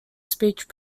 speech